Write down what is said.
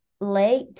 late